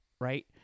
Right